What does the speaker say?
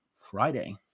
Friday